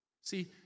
See